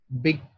big